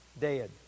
Dead